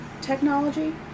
technology